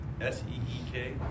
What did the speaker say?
s-e-e-k